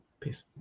Peace